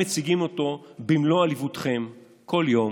מציגים אותו במלוא עליבותכם כל יום,